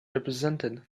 represented